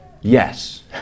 yes